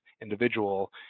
individual